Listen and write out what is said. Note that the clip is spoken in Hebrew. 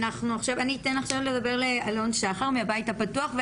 אני אתן עכשיו לאלון שחר מהבית הפתוח לדבר.